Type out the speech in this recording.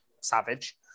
savage